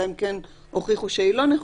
אלא אם כן הוכיחו שהיא לא נכונה,